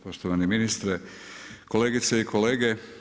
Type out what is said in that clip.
Poštovani ministre, kolegice i kolege.